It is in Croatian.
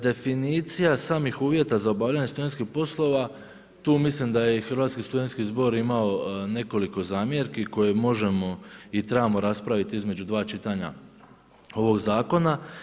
Definicija samih uvjeta za obavljanje studentskih poslova, tu mislim da je i Hrvatski studentski zbor imao nekoliko zamjerki koje možemo i trebamo raspraviti između dva čitanja ovog zakona.